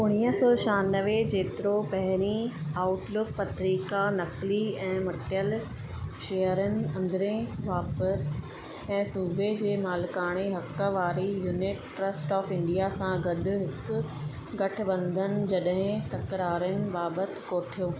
उणिवीह सौ छहानवे जेतिरो पहिरीं आउटलुक पत्रिका नकली ऐं मटियल शेयरनि अंदरें वापर ऐं सूबे जे मालिकाणे हक वारी यूनिट ट्रस्ट ऑफ इंडिया सां गॾु हिकु गठिबंधन जॾहिं तकरारनि बाबिति कोठियो